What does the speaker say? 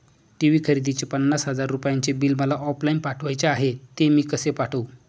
TV खरेदीचे पन्नास हजार रुपयांचे बिल मला ऑफलाईन पाठवायचे आहे, ते मी कसे पाठवू?